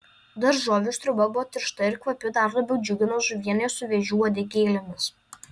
daržovių sriuba buvo tiršta ir kvapi dar labiau džiugino žuvienė su vėžių uodegėlėmis